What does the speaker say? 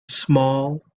small